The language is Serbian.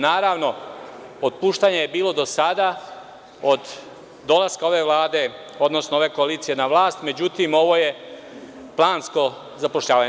Naravno, otpuštanja je bilo do sada, od dolaska ove vlade, odnosno ove koalicije na vlast, međutim, ovo je plansko zapošljavanje.